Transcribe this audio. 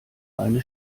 eine